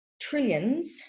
trillions